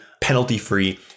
penalty-free